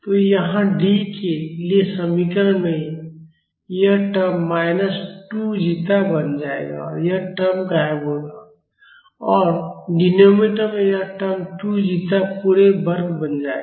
तो यहाँ D के लिए समीकरण में यह टर्म माइनस 2 जीटा बन जाएगा और यह टर्म गायब हो जाएगा और डिनोमिनेटर में यह टर्म 2 जीटा पूरे वर्ग बन जाएगा